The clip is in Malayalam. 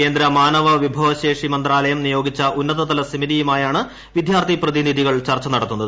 കേന്ദ്ര മാനവ വിഭവശേഷി മന്ത്രാലയം നിയോഗിച്ച ഉന്നത തല സമിതിയുമായാണ് വിദ്യാർത്ഥി പ്രതിനിധികൾ ചർച്ച നടത്തുന്നത്